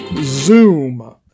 Zoom